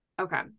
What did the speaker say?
Okay